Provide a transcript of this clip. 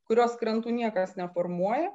kurios krantų niekas neformuoja